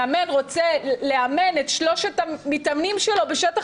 מאמן רוצה לאמן את שלושת המתאמנים שלו בשטח